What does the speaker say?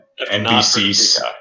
NBC's